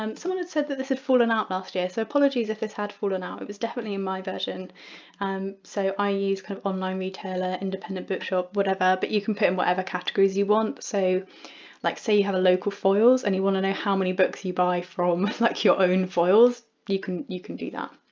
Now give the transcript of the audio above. um someone had said that this had fallen out last year, so apologies if this had fallen out, it was definitely in my version um so i use. kind of online retailer, independent bookshop whatever but you can put in whatever categories you want so like say you have a local foyles and you want to know how many books you buy from like your own foyles you can you can do that.